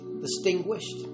distinguished